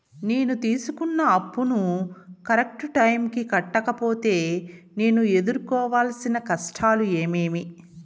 నేను తీసుకున్న అప్పును కరెక్టు టైముకి కట్టకపోతే నేను ఎదురుకోవాల్సిన కష్టాలు ఏమీమి?